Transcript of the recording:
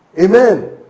Amen